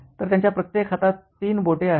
तर त्यांच्या प्रत्येक हातात तीन बोटे आहेत